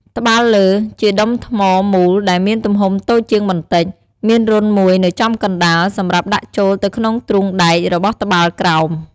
ត្បាល់លើ ជាដុំថ្មមូលដែលមានទំហំតូចជាងបន្តិច មានរន្ធមួយនៅចំកណ្ដាលសម្រាប់ដាក់ចូលទៅក្នុងទ្រូងដែករបស់ត្បាល់ក្រោម។